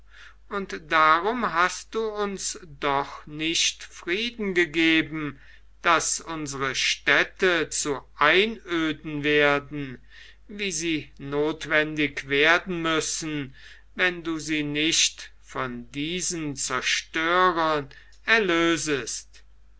und darum hast du uns doch nicht frieden gegeben daß unsere städte zu einöden werden wie sie nothwendig werden müssen wenn du sie nicht von diesen zerstörern erlösest